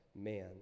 man